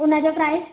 उन जो प्राइज